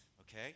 okay